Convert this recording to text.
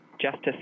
justice